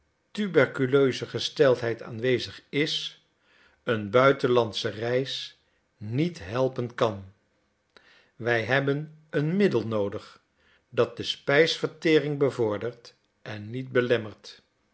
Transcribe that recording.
tuberculeuze gesteldheid aanwezig is een buitenlandsche reis niet helpen kan wij hebben een middel noodig dat de spijsverteering bevordert en niet belemmert